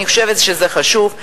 אני חושבת שזה חשוב.